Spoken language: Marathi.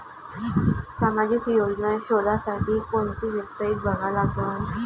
सामाजिक योजना शोधासाठी कोंती वेबसाईट बघा लागन?